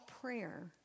prayer